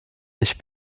ich